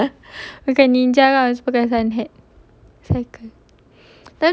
bagai ninja lah pakai sun hat cycle